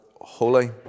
holy